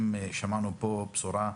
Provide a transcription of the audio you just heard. שמענו פה בשורה,